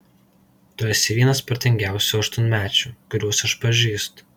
tu esi vienas protingiausių aštuonmečių kuriuos aš pažįstu